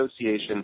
Association